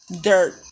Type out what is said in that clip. dirt